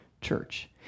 church